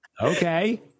Okay